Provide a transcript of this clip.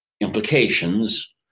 implications